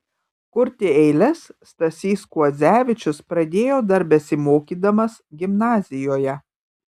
kurti eiles stasys kuodzevičius pradėjo dar besimokydamas gimnazijoje